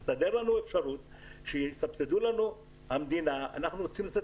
הם מבקשים שיסדרו להם אפשרות שהמדינה תסבסד להם הם רוצים לצאת